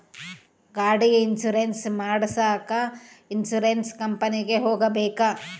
ಗಾಡಿ ಇನ್ಸುರೆನ್ಸ್ ಮಾಡಸಾಕ ಇನ್ಸುರೆನ್ಸ್ ಕಂಪನಿಗೆ ಹೋಗಬೇಕಾ?